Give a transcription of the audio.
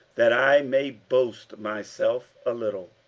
that i may boast myself a little.